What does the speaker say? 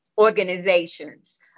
organizations